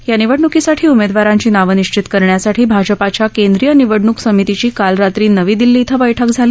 या निवडणूकीसाठी उमेदवारांची नावं निश्चित करण्यासाठी भाजपाच्या केंद्रीय निवडणूक समितीची काल रात्री नवी दिल्ली इथं बैठक झाली